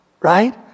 right